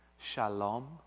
shalom